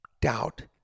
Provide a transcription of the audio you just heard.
doubt